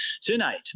Tonight